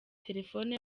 telefone